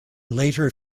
later